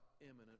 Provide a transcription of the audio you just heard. imminent